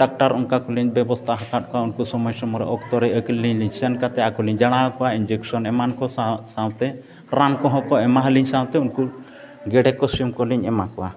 doctor ᱚᱱᱠᱟ ᱠᱚᱞᱤᱧ ᱵᱮᱵᱚᱥᱛᱷᱟ ᱟᱠᱟᱫ ᱠᱚᱣᱟ ᱩᱱᱠᱩ ᱥᱚᱢᱚᱭ ᱥᱚᱢᱚᱭ ᱨᱮ ᱚᱠᱛᱚ ᱨᱮ ᱟᱠᱚᱞᱤᱧ ᱡᱟᱱᱟᱣ ᱠᱚᱣᱟ ᱤᱱᱡᱮᱠᱥᱚᱱ ᱮᱢᱟᱱ ᱠᱚ ᱥᱟᱶᱛᱮ ᱨᱟᱱ ᱠᱚᱦᱚᱸ ᱠᱚ ᱮᱢᱟᱣᱞᱤᱧ ᱥᱟᱶᱛᱮ ᱩᱱᱠᱩ ᱜᱮᱰᱮ ᱠᱚ ᱥᱤᱢ ᱠᱚᱞᱤᱧ ᱮᱢᱟ ᱠᱚᱣᱟ